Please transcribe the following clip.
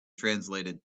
translated